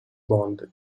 bond